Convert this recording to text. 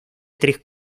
tres